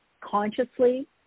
consciously